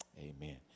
Amen